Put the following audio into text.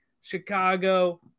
Chicago